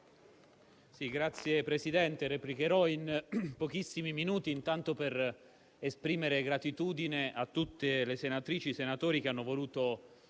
Signor Presidente, replicherò in pochissimi minuti. Intanto, desidero esprimere gratitudine a tutte le senatrici e i senatori che hanno voluto